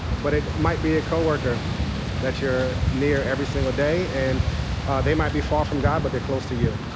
but it might be a co-worker that you're near every single day, and they might be far from god but they're close to you.